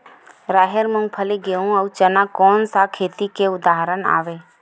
राहेर, मूंगफली, गेहूं, अउ चना कोन सा खेती के उदाहरण आवे?